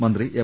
മന്ത്രി എം